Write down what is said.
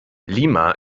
lima